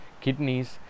kidneys